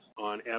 on